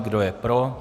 Kdo je pro?